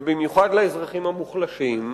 ובמיוחד לאזרחים המוחלשים,